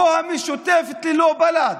לא המשותפת ללא בל"ד.